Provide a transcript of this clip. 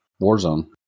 Warzone